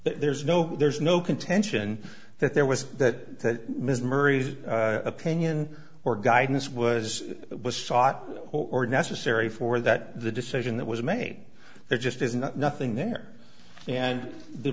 there's no there's no contention that there was that ms murray's opinion or guidance was was sought or necessary for that the decision that was made there just is not nothing there and the